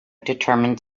determine